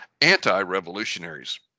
anti-revolutionaries